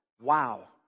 wow